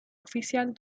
oficial